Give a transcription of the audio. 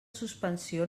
suspensió